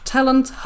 Talent